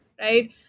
right